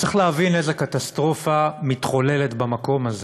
צריך להבין איזה קטסטרופה מתחוללת במקום הזה.